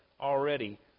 already